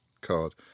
card